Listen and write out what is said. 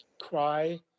cry